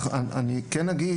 במידה מסוימת,